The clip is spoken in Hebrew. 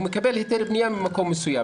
הוא מקבל היתר בנייה ממקום מסוים.